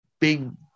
big